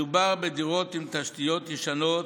מדובר בדירות עם תשתיות ישנות,